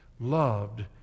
loved